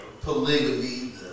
polygamy